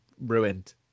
Ruined